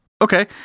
Okay